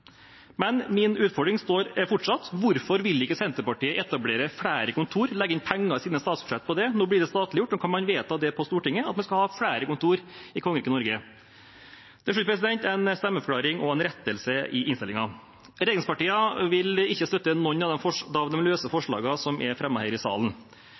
Men min utfordring står fortsatt: Hvorfor vil ikke Senterpartiet etablere flere kontor og legge inn penger i sine statsbudsjett til det? Nå blir det statliggjort, så nå kan man vedta på Stortinget at man skal ha flere kontor i kongeriket Norge. Til slutt en stemmeforklaring og en rettelse i innstillingen: Regjeringspartiene vil ikke støtte noen av de løse forslagene som er fremmet her i salen.